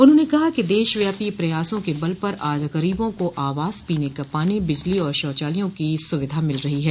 उन्होंने कहा कि देश व्यापी प्रयासों के बल पर आज गरीबों को आवास पीने का पानी बिजली और शौचालयों की सुविधा मिल रही है